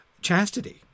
chastity